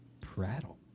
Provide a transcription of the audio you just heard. Prattle